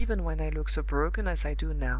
even when i look so broken as i do now.